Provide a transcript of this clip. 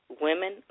Women